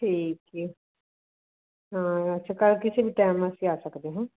ਠੀਕ ਹੈ ਹਾਂ ਅੱਛਾ ਕੱਲ੍ਹ ਕਿਸੇ ਵੀ ਟਾਈਮ ਅਸੀਂ ਆ ਸਕਦੇ ਹਾਂ